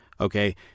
okay